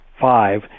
five